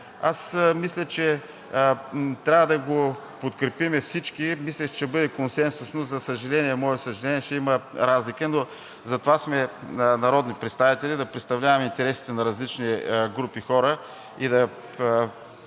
Аз мисля, че трябва да го подкрепим всички. Мисля, че ще бъде консенсусно, но за мое съжаление, ще има разлики, но затова сме народни представители – да представляваме интересите на различни групи хора и да